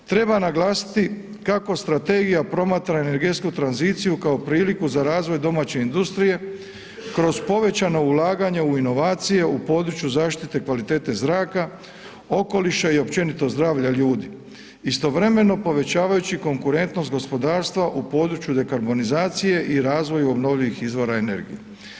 Treba naglasiti kako strategija promatra energetsku tranziciju kao priliku za razvoj domaće industrije kroz povećano ulaganje u inovacije u području zaštite kvalitete zraka, okoliša i općenito zdravlja ljudi istovremeno povećavajući konkurentnost gospodarstva u području dekarbonizacije i razvoju obnovljivih izvora energije.